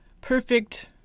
perfect